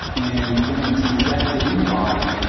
and when it's ingested in the body,